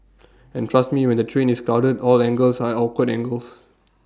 and trust me when the train is crowded all angles are awkward angles